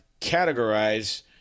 categorize